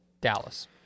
Dallas